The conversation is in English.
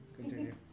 Continue